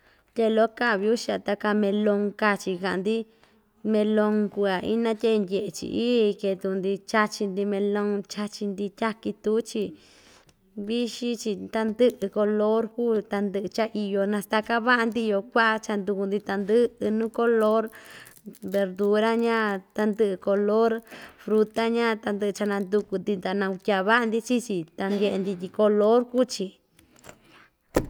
Tye loko kaa biusha taka melon kaa‑chi kaꞌa‑ndi melon kuya ina tyaki ndyeꞌe‑chi ii kee tuku‑ndi chachi‑ndi melon chachi‑ndi tyaki tuu‑chi ndixi chiꞌin tandɨꞌɨ color kuu tandɨꞌɨ cha iyo nastaka vaꞌa‑ndi iyo kuaꞌa cha nduku‑ndi tandɨꞌɨ nuu color, verdura ñaa tandɨꞌɨ color fruta ñaa, tandɨꞌɨ cha nanduku‑ndi ta nakutyavaꞌa‑ndi chii‑chi ta nyeꞌe‑ndi tyi color kuu‑chi.